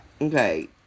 Okay